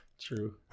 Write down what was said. True